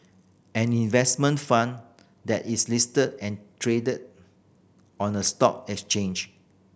an investment fund that is listed and traded on a stock exchange